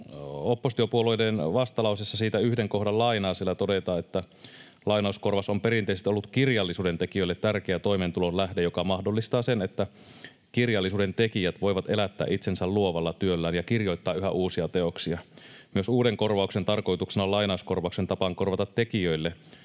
oppositiopuolueiden vastalauseesta lainaan yhden kohdan, jossa todetaan: ”Lainauskorvaus on perinteisesti ollut kirjallisuuden tekijöille tärkeä toimeentulon lähde, joka mahdollistaa sen, että kirjallisuuden tekijät voivat elättää itsensä luovalla työllään ja kirjoittaa yhä uusia teoksia. Myös uuden korvauksen tarkoituksena on lainauskorvauksen tapaan korvata tekijöille